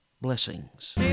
Blessings